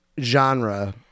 genre